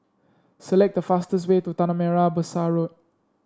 select the fastest way to Tanah Merah Besar Road